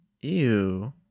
ew